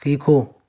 سیکھو